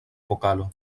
pokalo